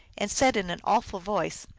and said in an awful voice,